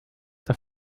der